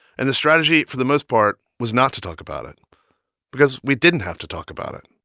and the strategy, for the most part, was not to talk about it because we didn't have to talk about it.